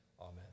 amen